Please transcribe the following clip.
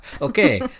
Okay